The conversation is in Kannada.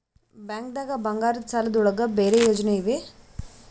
ಬ್ಯಾಂಕ್ದಾಗ ಬಂಗಾರದ್ ಸಾಲದ್ ಒಳಗ್ ಬೇರೆ ಯೋಜನೆ ಇವೆ?